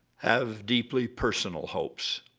have deeply personal hopes